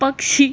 पक्षी